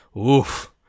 Oof